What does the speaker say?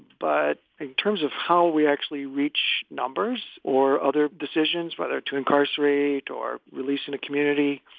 but in terms of how we actually reach numbers or other decisions, whether to incarcerate or release in a community,